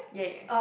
yeah yeah